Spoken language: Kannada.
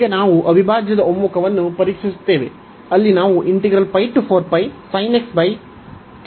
ಈಗ ನಾವು ಅವಿಭಾಜ್ಯದ ಒಮ್ಮುಖವನ್ನು ಪರೀಕ್ಷಿಸುತ್ತೇವೆ